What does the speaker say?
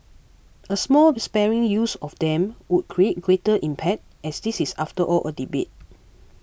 a small respiring use of them would create greater impact as this is after all a debate